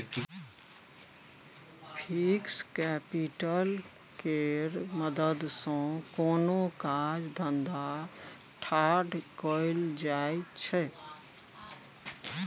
fixed capital केर मदद सँ कोनो काज धंधा ठाढ़ कएल जाइ छै